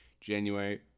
January